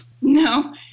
No